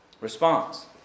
Response